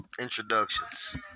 introductions